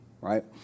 right